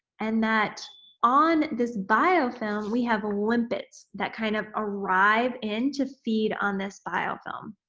and that on this biofilm, we have limpets that kind of arrive in to feed on this biofilm.